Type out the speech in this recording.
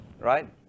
right